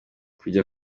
kujya